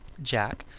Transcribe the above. jack,